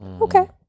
Okay